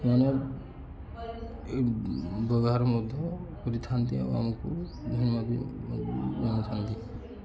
ଏମାନେ ବ୍ୟବହାର ମଧ୍ୟ କରିଥାନ୍ତି ଆଉ ଆମକୁ ମାନିଥାନ୍ତି